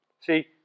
See